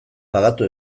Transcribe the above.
pagatu